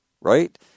Right